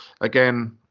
again